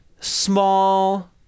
small